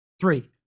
Three